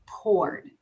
poured